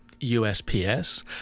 USPS